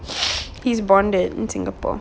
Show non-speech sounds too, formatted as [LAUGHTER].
[BREATH] he's bonded in singapore